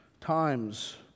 times